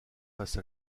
face